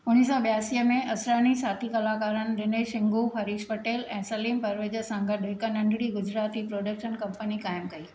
उणिवीह सौ ॿियासीअ में असरानी साथी कलाकारनि दिनेश हिंगू हरीश पटेल ऐं सलीम परवेज सां गॾु हिकु नंढिड़ी गुजराती प्रोडक्शन कंपनी क़ाइमु कई